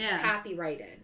copyrighted